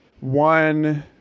one